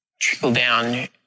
Trickle-down